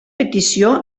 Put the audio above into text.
petició